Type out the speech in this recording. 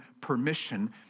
permission